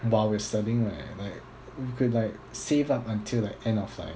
while we are studying right like we could like save up until like end of like